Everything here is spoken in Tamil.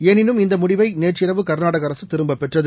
எனினும்இந்தமுடிவைநேற்றுஇரவுகர்நாடகஅரசுதிரும்பப்பெற்றது